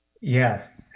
Yes